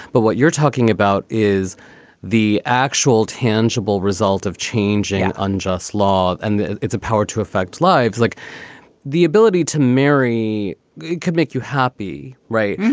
but what you're talking about is the actual tangible result of changing unjust law and it's a power to affect lives like the ability to marry could make you happy. right.